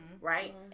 Right